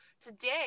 Today